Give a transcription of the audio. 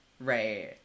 right